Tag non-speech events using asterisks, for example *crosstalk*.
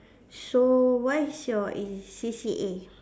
so what is your *noise* C_C_A